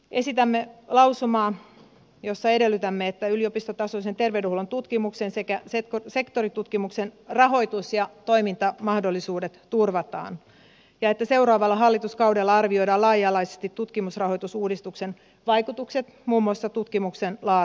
esitämme lausumaa jossa edellytämme että yliopistotasoisen terveydenhuollon tutkimuksen sekä sektoritutkimuksen rahoitus ja toimintamahdollisuudet turvataan ja että seuraavalla hallituskaudella arvioidaan laaja alaisesti tutkimusrahoitusuudistuksen vaikutukset muun muassa tutkimuksen laatuun